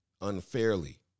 unfairly